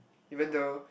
even though